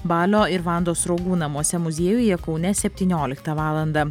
balio ir vandos sruogų namuose muziejuje kaune septynioliktą valandą